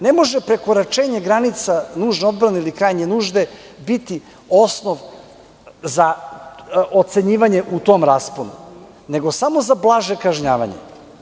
Ne može prekoračenja granica nužne odbrane ili krajnje nužde biti osnov za ocenjivanje u tom rasponu, nego samo za blaže kažnjavanje.